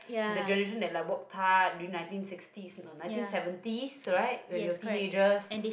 the generation that like work hard during nineteen sixties or nineteen seventies right when you were teenagers